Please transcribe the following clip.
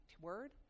word